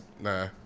Nah